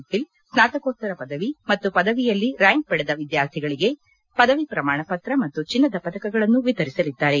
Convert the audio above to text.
fill ಸ್ನಾತಕೋತ್ತರ ಪದವಿ ಮತ್ತು ಪದವಿಯಲ್ಲಿ ರ್ಡಾಂಕ್ ಪಡೆದ ವಿದ್ವಾರ್ಥಿಗಳಿಗೆ ಪದವಿ ಪ್ರಮಾಣ ಪತ್ರ ಮತ್ತು ಚಿನ್ನದ ಪದಕಗಳನ್ನು ವಿತರಿಸಿಲಿದ್ದಾರೆ